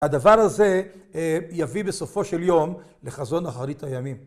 הדבר הזה יביא בסופו של יום לחזון אחרית הימים.